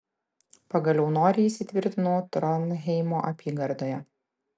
pagaliau noriai įsitvirtinau tronheimo apygardoje